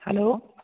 hello